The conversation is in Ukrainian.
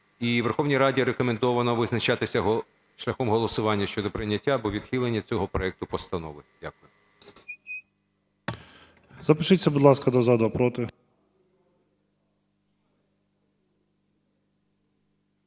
Верховній Раді рекомендовано визначатися шляхом голосування щодо прийняття або відхилення цього проекту постанови. Дякую.